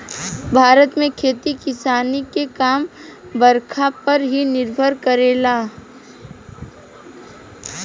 भारत में खेती किसानी के काम बरखा पर ही निर्भर करेला